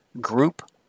group